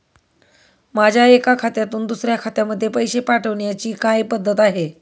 माझ्या एका खात्यातून दुसऱ्या खात्यामध्ये पैसे पाठवण्याची काय पद्धत आहे?